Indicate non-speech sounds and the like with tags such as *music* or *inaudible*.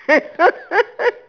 *laughs*